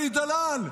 אלי דלל,